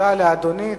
תודה לאדוני.